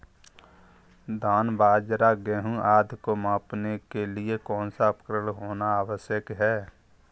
धान बाजरा गेहूँ आदि को मापने के लिए कौन सा उपकरण होना आवश्यक है?